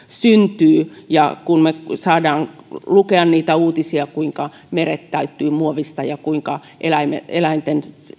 syntyy kun me saamme lukea uutisia kuinka meret täyttyvät muovista ja kuinka eläinten eläinten